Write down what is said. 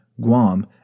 Guam